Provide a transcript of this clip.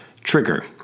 Trigger